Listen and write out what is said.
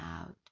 out